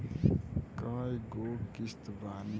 कय गो किस्त बानी?